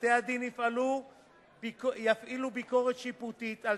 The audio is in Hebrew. בתי-הדין יפעילו ביקורת שיפוטית על